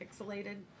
pixelated